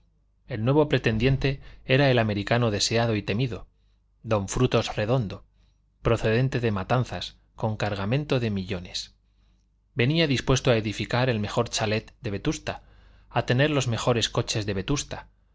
el nuevo pretendiente era el americano deseado y temido don frutos redondo procedente de matanzas con cargamento de millones venía dispuesto a edificar el mejor chalet de vetusta a tener los mejores coches de vetusta